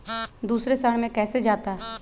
दूसरे शहर मे कैसे जाता?